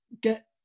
get